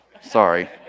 sorry